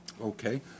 Okay